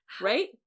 Right